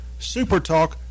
Supertalk